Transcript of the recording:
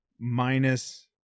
minus